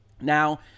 Now